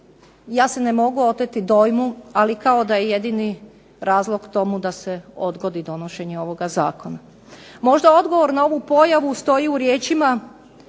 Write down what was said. ja se ne mogu oteti dojmu, ali kao da je jedini razlog tomu da se odgodi donošenje ovog zakona. Možda odgovor na ovu pojavu stoji u riječima